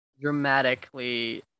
Dramatically